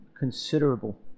considerable